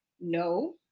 No